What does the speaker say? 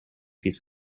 piece